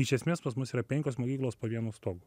iš esmės pas mus yra penkios mokyklos po vienu stogu